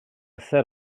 set